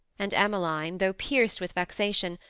and emmeline, though pierced with vexation,